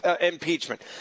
impeachment